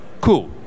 cool